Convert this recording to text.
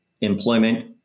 employment